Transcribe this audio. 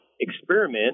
experiment